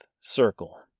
Circle